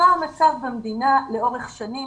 זה המצב במדינה לאורך שנים.